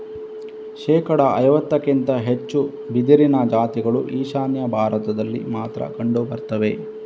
ಶೇಕಡಾ ಐವತ್ತಕ್ಕಿಂತ ಹೆಚ್ಚು ಬಿದಿರಿನ ಜಾತಿಗಳು ಈಶಾನ್ಯ ಭಾರತದಲ್ಲಿ ಮಾತ್ರ ಕಂಡು ಬರ್ತವೆ